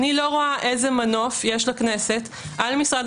אני לא רואה איזה מנוף יש לכנסת על משרד